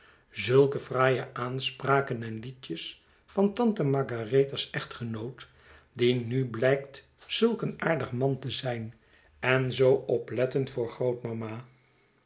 zulke fraaie aanspraken en liedjes van tante margaretha's echtgenootj die nu blijkt zulk een aardig man te zijn en zoo oplettend voor grootmama